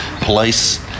police